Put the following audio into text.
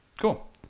Cool